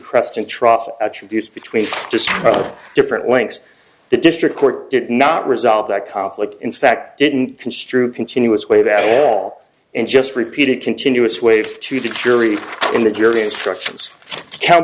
crest and trough attributes between different lengths the district court did not resolve that conflict in fact didn't construe continuous wave at all and just repeated continuous wave to the jury and the jury instructions c